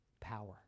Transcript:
power